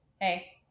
hey